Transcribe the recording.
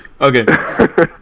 okay